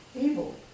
evil